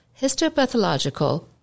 Histopathological